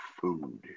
food